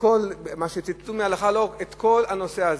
מה שציטטו מההלכה, את כל הנושא הזה.